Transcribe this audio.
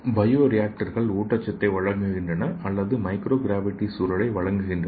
bio ரியாக்டர்கள் ஊட்டச்சத்தை வழங்குகின்றன அல்லது மைக்ரோ கிராவிட்டி சூழலை வழங்குகின்றன